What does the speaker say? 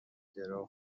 درو